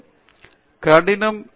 பேராசிரியர் பிரதாப் ஹரிதாஸ் கடினமானது